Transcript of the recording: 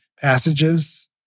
passages